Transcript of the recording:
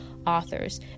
authors